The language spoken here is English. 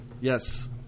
Yes